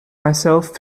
myself